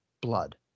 blood